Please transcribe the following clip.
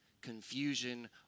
confusion